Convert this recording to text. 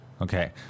Okay